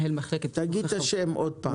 במצב הזה אנחנו שומרים על המצב הקיים.